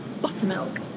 buttermilk